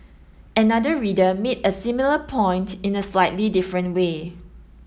another reader made a similar point in a slightly different way